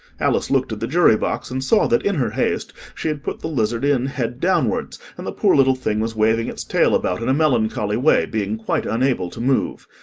alice looked at the jury-box, and saw that, in her haste, she had put the lizard in head downwards, and the poor little thing was waving its tail about in a melancholy way, being quite unable to move.